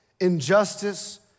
injustice